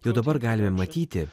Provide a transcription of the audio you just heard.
jau dabar galime matyti